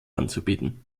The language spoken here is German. anzubieten